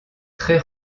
très